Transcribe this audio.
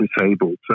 disabled